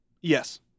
Yes